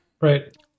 right